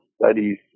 Studies